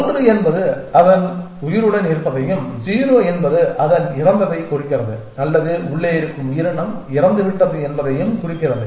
1 என்பது அதன் உயிருடன் இருப்பதையும் 0 என்பது அதன் இறந்ததைக் குறிக்கிறது அல்லது உள்ளே இருக்கும் உயிரினம் இறந்துவிட்டது என்பதையும் குறிக்கிறது